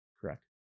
Correct